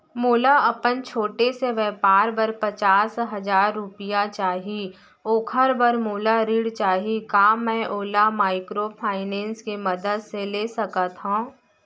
मोला अपन छोटे से व्यापार बर पचास हजार रुपिया चाही ओखर बर मोला ऋण चाही का मैं ओला माइक्रोफाइनेंस के मदद से ले सकत हो?